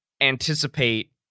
anticipate